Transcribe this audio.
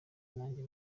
nanjye